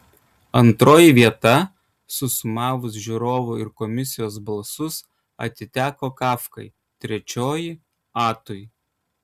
antroji vieta susumavus žiūrovų ir komisijos balsus atiteko kafkai trečioji atui